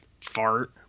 fart